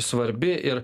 svarbi ir